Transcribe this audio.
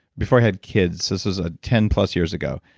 before i had kids, this was ah ten plus years ago,